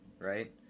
Right